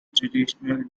traditional